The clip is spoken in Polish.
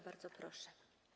Bardzo proszę.